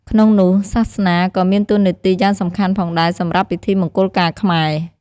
ក្នងនោះសាសនាក៏មានតួនាទីយ៉ាងសំខាន់ផងដែរសម្រាប់ពិធីមង្គលការខ្មែរ។